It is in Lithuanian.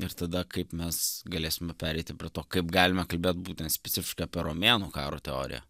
ir tada kaip mes galėsime pereiti prie to kaip galime kalbėt būtent specifiškai apie romėnų karo teoriją